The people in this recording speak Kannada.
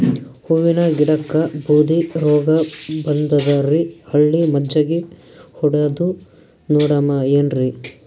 ಹೂವಿನ ಗಿಡಕ್ಕ ಬೂದಿ ರೋಗಬಂದದರಿ, ಹುಳಿ ಮಜ್ಜಗಿ ಹೊಡದು ನೋಡಮ ಏನ್ರೀ?